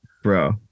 Bro